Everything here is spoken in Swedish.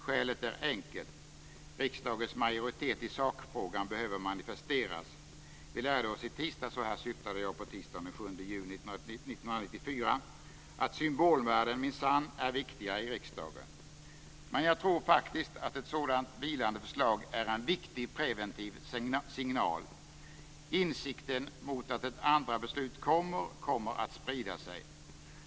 Skälet är enkelt. Riksdagens majoritet i sakfrågan behöver manifesteras. Vi lärde oss i tisdags" - här syftade jag på tisdagen den 7 juni 1994 - "att symbolvärden minsann är viktiga i riksdagen. Man jag tror faktiskt att ett sådant vilande förslag är en viktig preventiv signal. Insikten om att ett andra beslut kommer kommer att sprida sig.